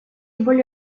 более